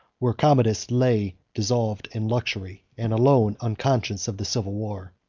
where commodus lay, dissolved in luxury, and alone unconscious of the civil war.